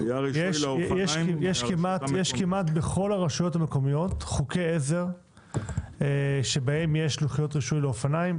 יש בכל הרשויות המקומיות כמעט חוקי עזר שבהן יש לוחיות רישוי לאופניים.